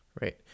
Right